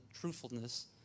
truthfulness